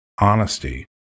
honesty